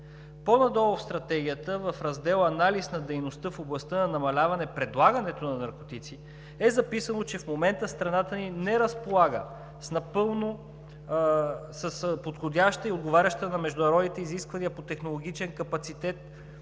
По-надолу в Стратегията, в раздел „Анализ на дейността в областта на намаляване предлагането на наркотици“ е записано, че в момента страната ни не разполага с подходяща и отговаряща на международните изисквания по технологичен капацитет